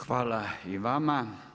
Hvala i vama.